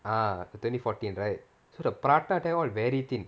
ah twenty fourteen right so the prata there all very thin